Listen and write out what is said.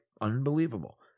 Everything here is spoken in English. unbelievable